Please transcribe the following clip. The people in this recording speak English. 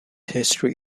history